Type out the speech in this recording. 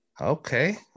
okay